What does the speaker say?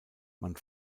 man